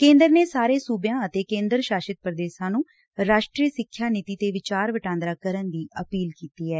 ਕੇਂਦਰ ਨੇ ਸਾਰੇ ਸੁਬਿਆਂ ਅਤੇ ਕੇਂਦਰ ਸਾਸ਼ਤ ਪੁਦੇਸਾਂ ਨੂੰ ਰਾਸ਼ਟਰੀ ਸਿੱਖਿਆ ਨੀਤੀ ਤੇ ਵਿਚਾਰ ਵਟਾਂਦਰਾ ਕਰਨ ਦੀ ਅਪੀਲ ਕੀਂਡੀ ਐ